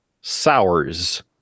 sours